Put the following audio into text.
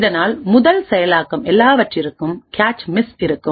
இதனால் முதல் செயலாக்கம் எல்லாவற்றிற்கும் கேச்மிஸ் இருக்கும்